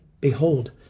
Behold